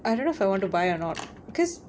I don't know if I want to buy or not because